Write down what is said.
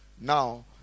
Now